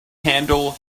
handle